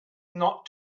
not